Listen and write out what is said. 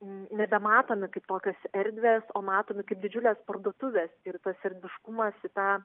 nebematomi kaip tokios erdvės o matomi kaip didžiulės parduotuvės ir tas erdviškumas į tą